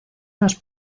los